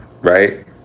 right